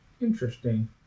Interesting